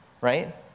right